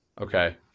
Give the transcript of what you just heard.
okay